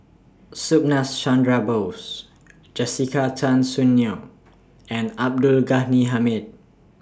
Subhas Chandra Bose Jessica Tan Soon Neo and Abdul Ghani Hamid